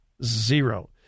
Zero